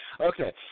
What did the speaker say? Okay